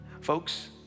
folks